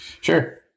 Sure